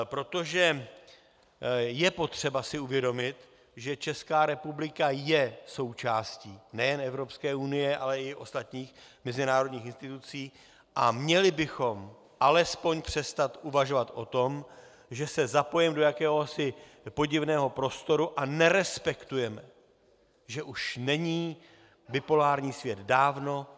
Protože je potřeba si uvědomit, že Česká republika je součástí nejen Evropské unie, ale i ostatních mezinárodních institucí, a měli bychom alespoň přestat uvažovat o tom, že se zapojíme do jakéhosi podivného prostoru a nerespektujeme, že už není bipolární svět dávno.